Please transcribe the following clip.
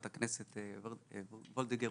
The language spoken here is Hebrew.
חברת הכנסת מיכל וולדיגר,